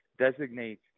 designate